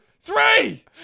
Three